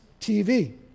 TV